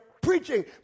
preaching